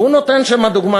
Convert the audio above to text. והוא נותן שם דוגמה,